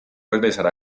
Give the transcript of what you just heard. regresar